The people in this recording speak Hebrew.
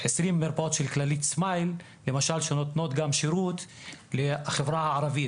20 מרפאות של כללית סמייל שנותנות גם שירות לחברה הערבית,